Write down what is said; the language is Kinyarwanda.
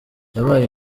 yabaye